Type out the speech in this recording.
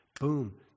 boom